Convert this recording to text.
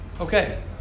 Okay